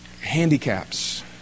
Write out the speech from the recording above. handicaps